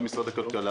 גם משרד הכלכלה